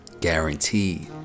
guaranteed